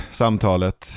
samtalet